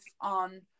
on